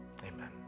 Amen